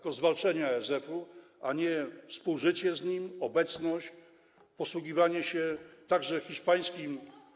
Chodzi o zwalczenie ASF-u, a nie współżycie z nim, obecność, posługiwanie się także hiszpańskim.